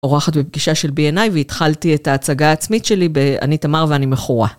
אורחת בפגישה של בי.אן.איי והתחלתי את ההצגה העצמית שלי באני תמר ואני מכורה.